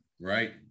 Right